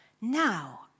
now